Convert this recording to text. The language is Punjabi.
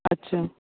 ਅੱਛਾ